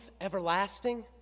everlasting